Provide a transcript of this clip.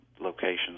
locations